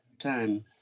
time